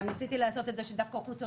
גם ניסיתי לעשות את זה שדווקא האוכלוסיות